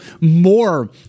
more